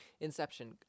Inception